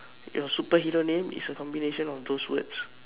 your superhero name is a combination of those words